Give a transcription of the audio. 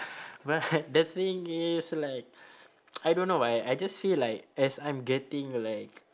well definitely is like I don't know why I just feel like as I'm getting like